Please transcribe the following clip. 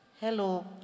Hello